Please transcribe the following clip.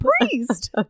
priest